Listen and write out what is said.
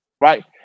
Right